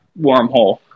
wormhole